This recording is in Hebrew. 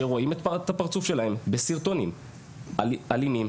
שרואים את הפרצוף שלהם בסרטונים אלימים,